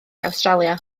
awstralia